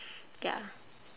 ya